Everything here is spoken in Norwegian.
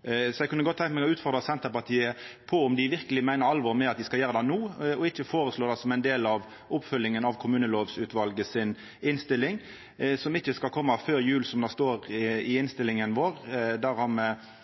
Så eg kunne godt tenkja meg å utfordra Senterpartiet på om dei verkeleg meiner alvor med at dei skal gjera det no og ikkje vil føreslå det som ein del av oppfølginga av Kommunelovutvalet si innstilling – som ikkje skal koma før jul, som det står i innstillinga vår, der